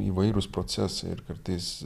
įvairūs procesai ir kartais